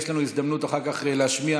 יש לנו הזדמנות אחר כך להשמיע,